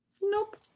nope